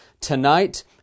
tonight